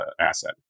asset